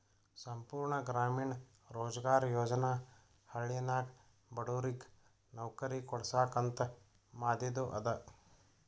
ಸಂಪೂರ್ಣ ಗ್ರಾಮೀಣ ರೋಜ್ಗಾರ್ ಯೋಜನಾ ಹಳ್ಳಿನಾಗ ಬಡುರಿಗ್ ನವ್ಕರಿ ಕೊಡ್ಸಾಕ್ ಅಂತ ಮಾದಿದು ಅದ